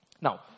Now